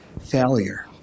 failure